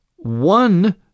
one